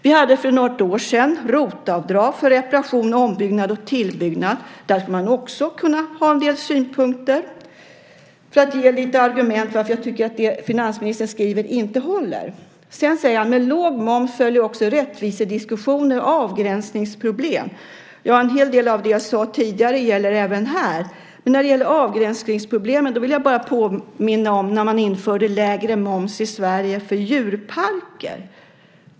Vi hade för något år sedan ROT-avdrag för reparation, ombyggnad och tillbyggnad. Det skulle man också kunna ha en del synpunkter på för att ge lite argument för att jag tycker att det som finansministern skriver inte håller. Det står att med lågmomsen följer också rättvisediskussioner och avgränsningsproblem. En hel del av det jag sade tidigare gäller även här. Men när det gäller avgränsningsproblemen vill jag bara påminna om att man införde lägre moms i Sverige för djurparker.